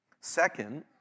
Second